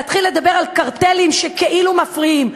להתחיל לדבר על קרטלים שכאילו מפריעים.